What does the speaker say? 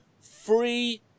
free